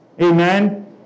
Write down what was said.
Amen